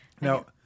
Now